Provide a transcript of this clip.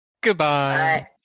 Goodbye